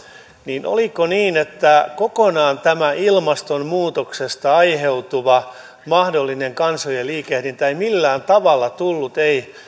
niin oliko niin että kokonaan tämä ilmastonmuutoksesta aiheutuva mahdollinen kansojen liikehdintä ei millään tavalla tullut ei